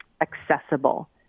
accessible